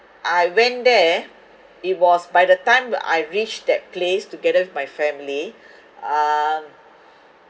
I went there it was by the time I reached that place together with my family um